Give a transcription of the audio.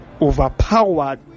overpowered